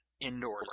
indoors